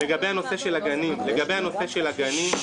לגבי הנושא של הגנים,